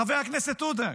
חבר הכנסת עודה?